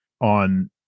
on